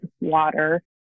water